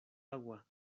agua